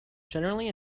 generally